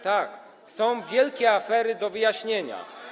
Tak, są wielkie afery do wyjaśnienia.